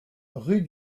rue